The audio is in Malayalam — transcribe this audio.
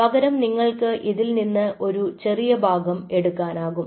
പകരം നിങ്ങൾക്ക് ഇതിൽനിന്ന് ഒരു ചെറിയ ഭാഗം എടുക്കാനാകും